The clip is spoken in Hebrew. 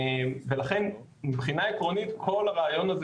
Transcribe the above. ולכן מבחינה עקרונית כל הרעיון הזה